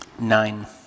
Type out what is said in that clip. Nine